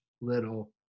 little